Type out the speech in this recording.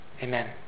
Amen